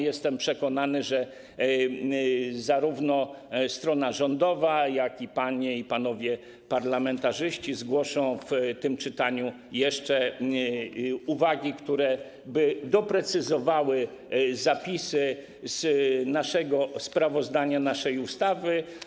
Jestem przekonany, że zarówno strona rządowa, jak i panie i panowie parlamentarzyści zgłoszą w tym czytaniu jeszcze uwagi, które doprecyzują zapisy z naszego sprawozdania naszej ustawy.